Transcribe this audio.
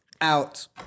out